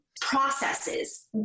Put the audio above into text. processes